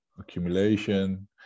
Accumulation